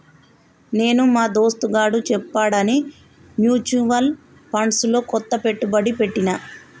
నేను మా దోస్తుగాడు చెప్పాడని మ్యూచువల్ ఫండ్స్ లో కొంత పెట్టుబడి పెట్టిన